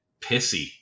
pissy